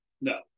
no